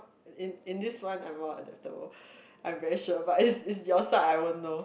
in in this one I'm more adaptable I'm very sure but it's it's your side I won't know